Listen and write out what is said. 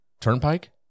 Turnpike